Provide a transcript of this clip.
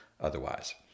otherwise